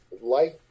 life